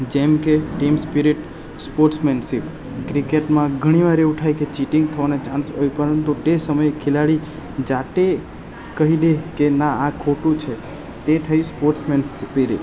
જેમકે team spirit sportsmanship ક્રિકેટમાં ઘણી વાર એવું થાય કે ચીટિંગ થવાના ચાન્સ હોય પરંતુ તે સમયે ખિલાડી જાતે કહી દે કે ના આ ખોટું છે તે થઈ સ્પોર્ટ્સમેન સ્પિરિટ